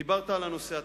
דיברת על הנושא התקציבי.